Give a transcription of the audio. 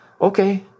okay